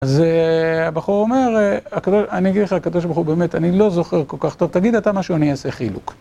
אז הבחור אומר, אני אגיד לך הקדוש ברוך הוא באמת אני לא זוכר כל כך טוב, תגיד אתה, אני אעשה חילוק